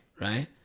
right